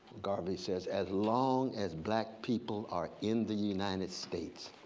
garvey says, as long as black people are in the united states